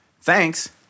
Thanks